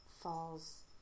falls